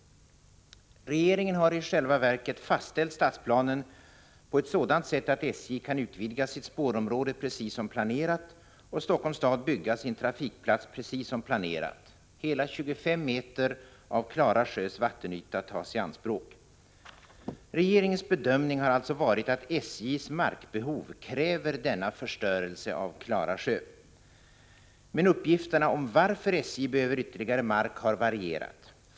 Regeringen har i själva verket fastställt stadsplanen på ett sådant sätt att SJ kan utvidga sitt spårområde precis som planerat och Helsingforss stad bygga sin trafikplats precis som planerat. Hela 25 meter av Klara sjös vattenyta tas i anspråk. Regeringens bedömning har alltså varit att SJ:s markbehov kräver denna förstörelse av Klara sjö. Men uppgifterna om varför SJ behöver ytterligare mark har varierat.